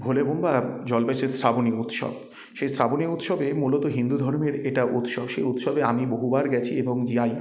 ভোলে বোম বা জল্পেশের শ্রাবণী উৎসব সেই শ্রাবণী উৎসবে মূলত হিন্দু ধর্মের এটা উৎসব সেই উৎসবে আমি বহুবার গিয়েছি এবং যাই